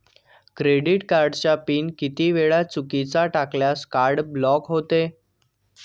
Credit कार्डचा PIN किती वेळा चुकीचा टाकल्यास कार्ड ब्लॉक होते?